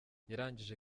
yarangije